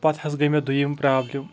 پَتہٕ حظ گٔیے مےٚ دوٚیِم پرٛابلِم